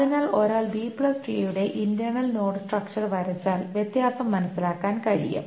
അതിനാൽ ഒരാൾ ഒരു ബി ട്രീയുടെ B tree internal node structure വരച്ചാൽ വ്യത്യാസം മനസ്സിലാക്കാൻ കഴിയും